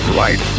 right